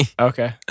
Okay